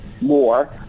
more